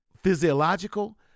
physiological